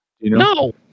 No